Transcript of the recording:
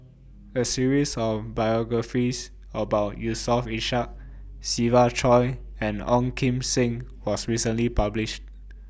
A series of biographies about Yusof Ishak Siva Choy and Ong Kim Seng was recently published